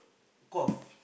cough